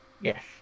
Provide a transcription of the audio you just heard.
Yes